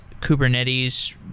Kubernetes